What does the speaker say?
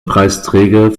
preisträger